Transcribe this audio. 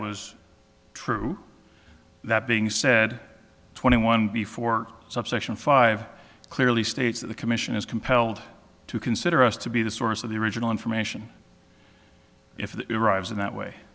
was true that being said twenty one before subsection five clearly states that the commission is compelled to consider us to be the source of the original information if the iraqis in that way